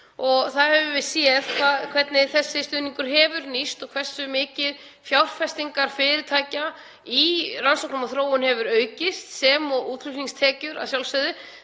Við höfum séð hvernig þessi stuðningur hefur nýst og hversu mikið fjárfestingar fyrirtækja í rannsóknum og þróun hafa aukist sem og útflutningstekjur að sjálfsögðu,